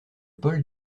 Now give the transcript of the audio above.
paul